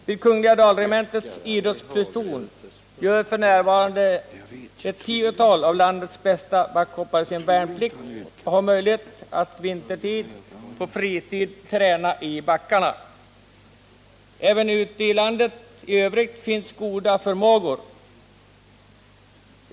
Vid Kungl. Dalregementets idrottspluton gör f. n. ett tiotal av landets bästa backhoppare sin värnplikt och har möjlighet att under vintern på fritid träna i backarna. Även ute i landet i övrigt finns goda förmågor.